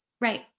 Right